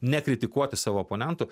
nekritikuoti savo oponentų